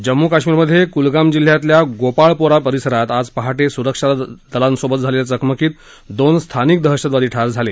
जम्मू कश्मीरमधे कुलगाम जिल्ह्यातल्या गोपालपोरा परिसरात आज पहा िसुरक्षा दलांबरोबर झालेल्या चकमकीत दोन स्थानिक दहशतवादी ठार झाले